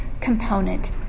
component